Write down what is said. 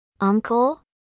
Uncle